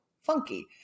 funky